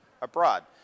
abroad